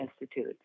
Institute